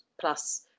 plus